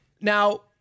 Now